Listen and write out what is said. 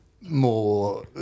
more